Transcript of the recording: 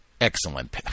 excellent